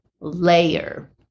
layer